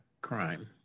crime